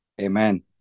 Amen